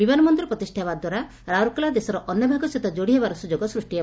ବିମାନ ବନ୍ଦର ପ୍ରତିଷ୍ଠା ହେବା ଦ୍ୱାରା ରାଉରକେଲା ଦେଶର ଅନ୍ୟ ଭାଗ ସହିତ ଯୋଡ଼ି ହେବାର ସ୍ପୁଯୋଗ ସୃଷି ହେବ